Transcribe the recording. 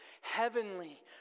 heavenly